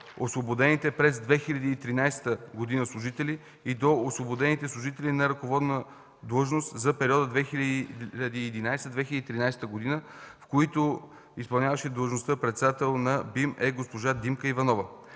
освободените през 2013 г. служители и до освободените служители на ръководна длъжност за периода 2011-2013 г., в които изпълняващият длъжността председател на БИМ е госпожа Димка Иванова.